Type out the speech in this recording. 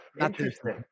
Interesting